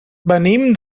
venim